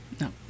No